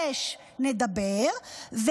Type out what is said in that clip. נדבר חודש,